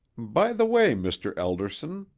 by the way, mr. elderson,